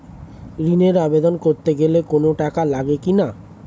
ঋণের আবেদন করতে গেলে কোন টাকা লাগে কিনা?